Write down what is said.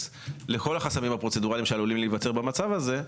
לכל החסמים הפרוצדורליים שעלולים להיווצר במצב הזה,